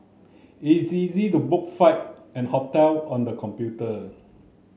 it's easy to book flight and hotel on the computer